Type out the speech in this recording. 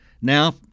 Now